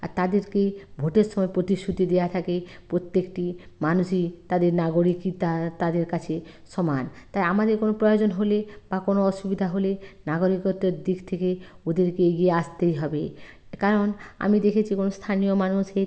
আর তাদেরকে ভোটের সময় পতিশ্রুতি দেয়া থাকে প্রত্যেকটি মানুষই তাদের নাগরিকতা তাদের কাছে সমান তাই আমাদের কোনো প্রয়োজন হলে বা কোনো অসুবিধা হলে নাগরিকত্বর দিক থেকে ওদেরকে এগিয়ে আসতেই হবে কারণ আমি দেখেছি কোনো স্থানীয় মানুষের